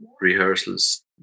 rehearsals